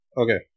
okay